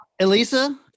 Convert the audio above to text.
Elisa